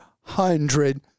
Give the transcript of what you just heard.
hundred